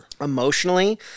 emotionally